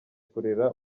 kurera